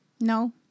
No